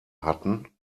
hatten